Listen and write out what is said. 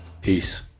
Peace